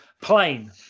plain